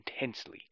intensely